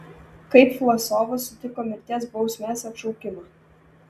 kaip vlasovas sutiko mirties bausmės atšaukimą